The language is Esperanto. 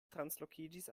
translokiĝis